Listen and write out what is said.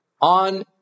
on